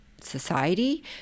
society